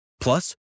plus